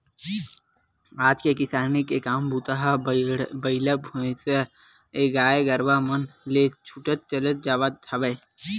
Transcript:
आज के किसानी के काम बूता ह बइला भइसाएगाय गरुवा मन ले छूटत चले जावत हवय